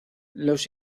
los